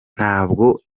ntabwo